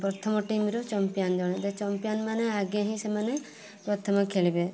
ପ୍ରଥମ ଟିମ୍ ରୁ ଚମ୍ପିୟାନ୍ ଜଣେ ଯେ ଚମ୍ପିୟାନ୍ମାନେ ଆଗେ ହିଁ ସେମାନେ ପ୍ରଥମେ ଖେଳିବେ